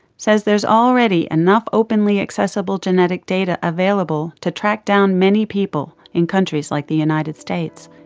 says there's already enough openly accessible genetic data available to track down many people in countries like the united states,